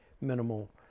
minimal